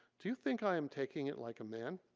do you think i am taking it like a man?